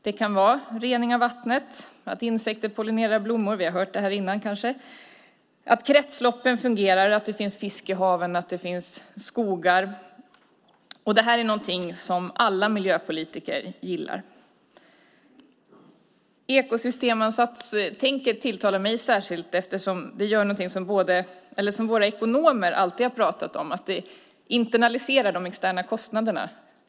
Det kan vara rening av vattnet, att insekter pollinerar blommor - vi har hört det här innan kanske. Det handlar om att kretsloppen fungerar, att det finns fisk i haven och att det finns skogar. Det är något som alla miljöpolitiker gillar. Ekosystemansatstänket tilltalar mig särskilt, eftersom det gör något som våra ekonomer alltid har pratat om. Det internaliserar de externa kostnaderna.